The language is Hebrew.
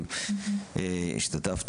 צורך.